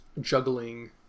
juggling